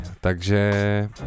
takže